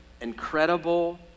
incredible